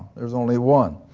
theres only one!